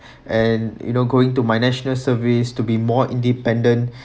and you know going to my national service to be more independent